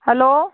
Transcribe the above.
hello